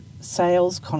sales